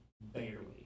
barely